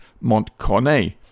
Montcornet